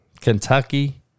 Kentucky